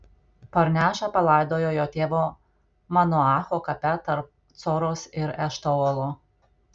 parnešę palaidojo jo tėvo manoacho kape tarp coros ir eštaolo